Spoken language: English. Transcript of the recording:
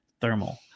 thermal